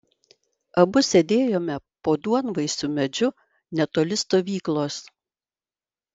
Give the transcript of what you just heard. abu sėdėjome po duonvaisiu medžiu netoli stovyklos